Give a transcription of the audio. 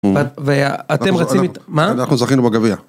ואתם רצים את... מה? אנחנו זכינו בגביע